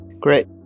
Great